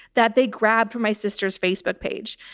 that they grabbed from my sister's facebook page.